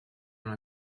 dans